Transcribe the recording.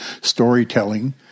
storytelling